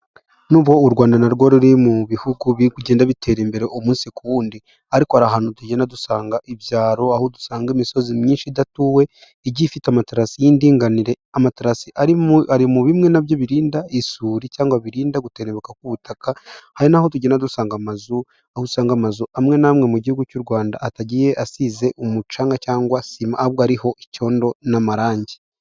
Nubwo u Rwanda na rwo ruri mu bihugu biri kugenda bitera imbere umunsi ku wundi, ariko hari ahantu tugenda dusanga ibyaro, aho dusanga imisozi myinshi idatuwe, igiye ifite amatarasi y'indinganire. Amatarasi ari mu bimwe na byo birinda isuri cyangwa birinda gutentebuka k'ubutaka, hari n'aho tugenda dusanga amazu, aho usanga amazu amwe n'amwe mu gihugu cy'u Rwanda, atagiye asize umucanga cyangwa sima, ahubwo ariho icyondo n'amarangi.